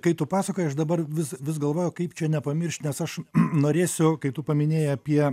kai tu pasakojai aš dabar vis vis galvojau kaip čia nepamirš nes aš norėsiu kai tu paminėjai apie